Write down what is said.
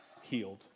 healed